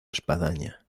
espadaña